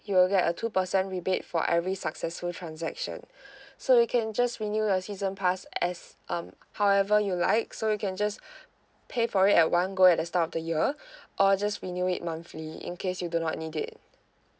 you will get a two percent rebate for every successful transaction so you can just renew your season pass as um however you like so you can just pay for it at one go at the start of the year or just renew it monthly in case you do not need it